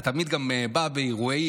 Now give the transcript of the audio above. אתה גם תמיד בא לאירועים,